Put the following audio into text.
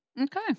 Okay